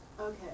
Okay